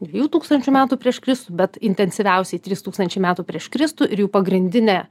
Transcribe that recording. dviejų tūkstančių metų prieš kristų bet intensyviausiai trys tūkstančiai metų prieš kristų ir jų pagrindinė